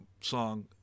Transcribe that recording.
song